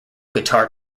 guitar